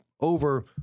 over